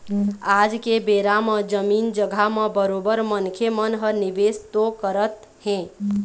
आज के बेरा म जमीन जघा म बरोबर मनखे मन ह निवेश तो करत हें